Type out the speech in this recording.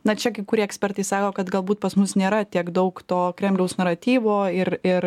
na čia kai kurie ekspertai sako kad galbūt pas mus nėra tiek daug to kremliaus naratyvo ir ir